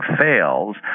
fails